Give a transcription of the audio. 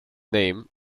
name